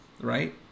right